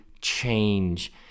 change